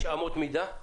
יש אמות מידה?